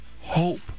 hope